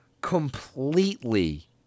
completely